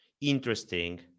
interesting